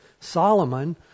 Solomon